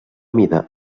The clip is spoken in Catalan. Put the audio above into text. mida